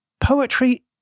Poetry